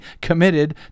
committed